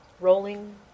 Rolling